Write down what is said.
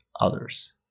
others